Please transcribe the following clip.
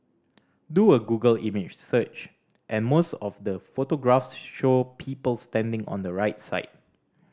do a Google image search and most of the photographs show people standing on the right side